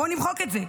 בואו נמחק את זה,